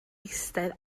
eistedd